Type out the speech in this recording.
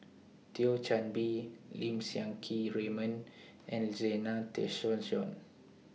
Thio Chan Bee Lim Siang Keat Raymond and Zena Tessensohn